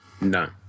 no